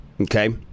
okay